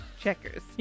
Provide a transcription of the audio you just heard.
Checkers